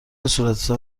صورتحساب